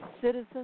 citizens